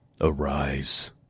arise